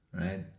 right